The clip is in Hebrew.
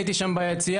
הייתי שם ביציע,